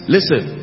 Listen